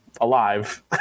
alive